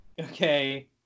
Okay